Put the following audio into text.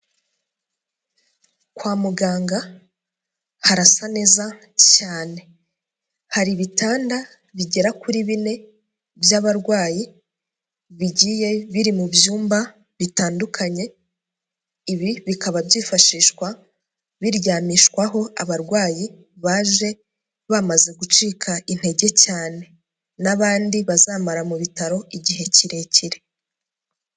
Kwa muganga harasa neza cyane, hari ibitanda bigera kuri bine by'abarwayi bigiye biri mu byumba bitandukanye. Ibi bikaba byifashishwa biryamishwaho abarwayi baje bamaze gucika intege cyane n'abandi bazamara mu bitaro igihe kirekire.